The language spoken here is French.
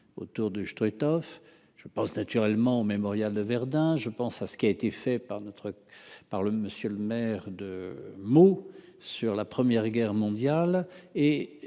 autour du Struthof je pense naturellement Mémorial de Verdun, je pense à ce qui a été fait par notre par le monsieur le maire de Meaux sur la première guerre mondiale